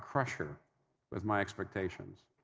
crush her with my expectations.